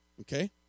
Okay